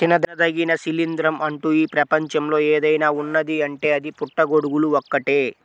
తినదగిన శిలీంద్రం అంటూ ఈ ప్రపంచంలో ఏదైనా ఉన్నదీ అంటే అది పుట్టగొడుగులు ఒక్కటే